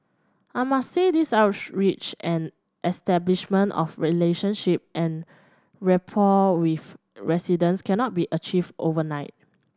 I must say these outreach and establishment of relationship and rapport with residents cannot be achieved overnight